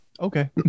Okay